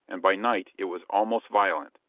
and by night it was almost violent.